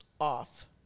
off